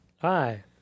Hi